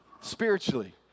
spiritually